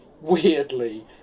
Weirdly